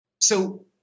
So-